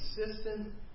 consistent